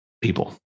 people